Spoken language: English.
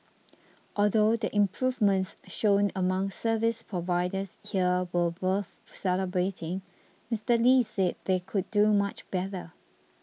although the improvements shown among service providers here were worth celebrating Mister Lee said they can do much better